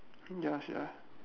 ya sia